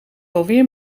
alweer